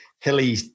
hilly